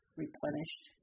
replenished